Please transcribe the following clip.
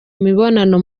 mibonano